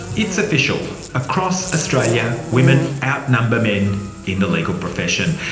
it's official, across australia, women outnumber men in the legal profession.